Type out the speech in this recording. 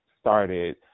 started